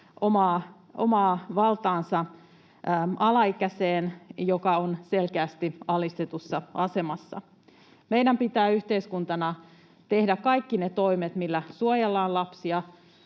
omaa valtaansa alaikäiseen, joka on selkeästi alistetussa asemassa. Meidän pitää yhteiskuntana tehdä kaikki ne toimet, millä suojellaan lapsia